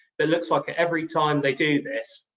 it looks like every time they do this,